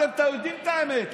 אתם יודעים את האמת.